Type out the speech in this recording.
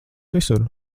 visur